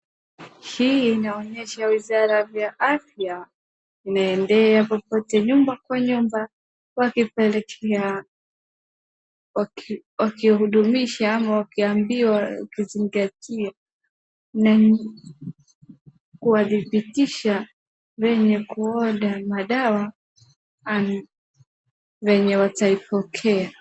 Hii inaonyesha wizara ya afya inayoenda popote nyumba kwa nyumba wakihudumisha ama wakiambia wazingatie kuwadhibitisha wenye ku order madawa wenye wataipokea